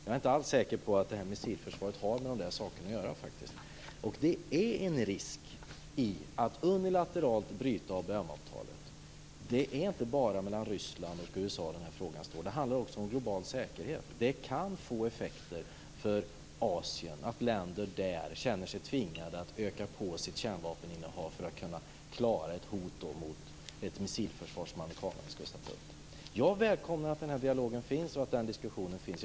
Jag är inte alls säker på att missilförsvaret har med saken att göra. Det är en risk i att unilateralt bryta ABM-avtalet. Det är inte bara mellan Ryssland och USA det står. Det handlar också om global säkerhet. Det kan få effekter för Asien så att länder där känner sig tvingade att öka på sitt kärnvapeninnehav för att kunna klara ett hot mot ett missilförsvar som amerikanerna startat upp. Jag välkomnar den här dialogen och diskussionen.